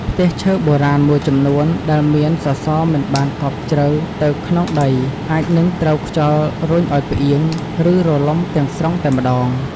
ផ្ទះឈើបុរាណមួយចំនួនដែលមានសសរមិនបានកប់ជ្រៅទៅក្នុងដីអាចនឹងត្រូវខ្យល់រុញឱ្យផ្អៀង ឬរលំទាំងស្រុងតែម្តង។